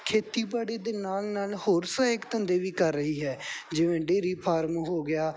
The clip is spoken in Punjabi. ਖੇਤੀਬਾੜੀ ਦੇ ਨਾਲ ਨਾਲ ਹੋਰ ਸਹਾਇਕ ਧੰਦੇ ਵੀ ਕਰ ਰਹੀ ਹੈ ਜਿਵੇਂ ਡੇਰੀ ਫਾਰਮ ਹੋ ਗਿਆ